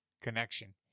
connection